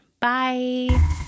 Bye